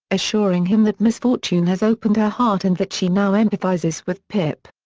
assuring him that misfortune has opened her heart and that she now empathises with pip.